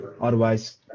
otherwise